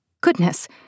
Goodness